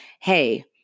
hey